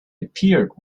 appeared